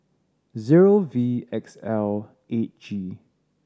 zero V X L eight G